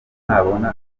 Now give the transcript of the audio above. nabona